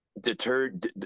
deterred